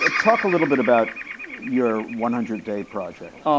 ah talk a little bit about your one hundred day project. um